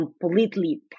completely